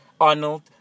Arnold